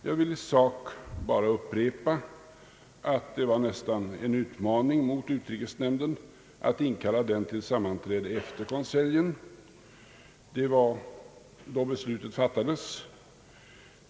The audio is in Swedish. Jag vill i sak bara upprepa att det nästan var en utmaning mot utrikesnämnden att inkallas till sammanträde efter den konselj då beslutet fattades.